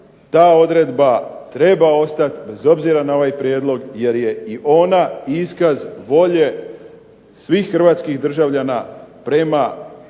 Ta odredba treba ostati bez obzira na ovaj prijedlog jer je i ona iskaz volje svih hrvatskih državljana prema prepoznavanju